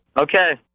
Okay